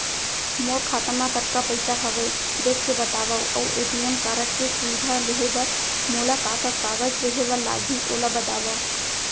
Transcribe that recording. मोर खाता मा कतका पइसा हवये देख के बतावव अऊ ए.टी.एम कारड के सुविधा लेहे बर मोला का का कागज देहे बर लागही ओला बतावव?